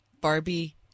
Barbie